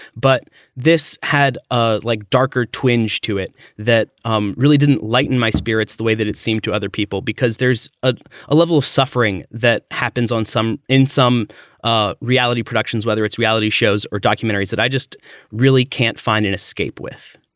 but this had ah like darker twinge to it. that um really didn't lighten my spirits the way that it seemed to other people, because there's a level of suffering that happens on some in some ah reality productions, whether it's reality shows or documentaries that i just really can't find an escape with